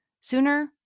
sooner